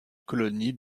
colonie